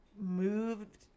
moved